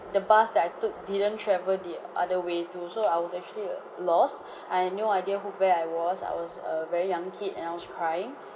the bus that I took didn't travel the other way too so I was actually uh lost I had no idea who where I was I was a very young kid and I was crying